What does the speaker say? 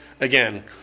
again